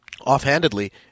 Offhandedly